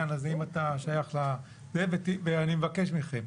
אני מבקש מכם,